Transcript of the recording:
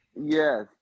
Yes